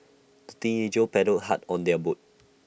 the teenagers paddled hard on their boat